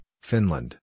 Finland